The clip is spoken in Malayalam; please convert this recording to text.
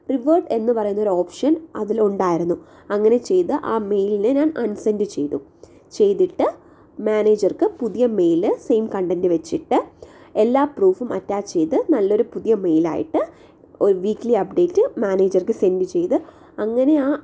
റിവോട്ട് എന്ന് പറയുന്നൊരു ഓപ്ഷൻ അതിലുണ്ടായിരുന്നു അങ്ങനെ ചെയ്ത ആ മെയിലിനെ ഞാൻ അൺസെൻഡ് ചെയ്തു ചെയ്തിട്ട് മാനേജർക്ക് പുതിയ മെയില് സെൻഡ് കണ്ടൻറ്റ് വച്ചിട്ട് എല്ലാ പ്രൂഫും അറ്റാച്ച് ചെയ്ത് നല്ലൊരു പുതിയ മെയിലായിട്ട് വീക്കിലി അപ്ഡേറ്റ് മാനേജർക്ക് സെൻഡ് ചെയ്ത് അങ്ങനെയാ